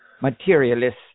materialist